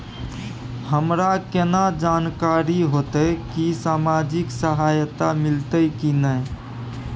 हमरा केना जानकारी होते की सामाजिक सहायता मिलते की नय?